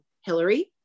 Hillary